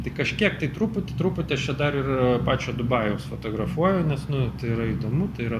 tai kažkiek tai truputį truputį aš čia dar ir pačio dubajaus fotografuoju nes nu tai yra įdomu tai yra